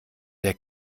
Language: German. der